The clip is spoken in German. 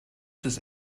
des